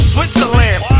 Switzerland